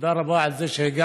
תודה רבה על זה שהגעתן.